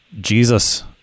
Jesus